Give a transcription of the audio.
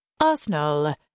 Arsenal